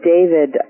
David